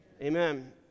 Amen